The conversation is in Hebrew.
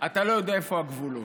אתה לא יודע איפה הגבולות.